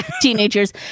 Teenagers